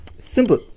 Simple